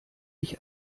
ich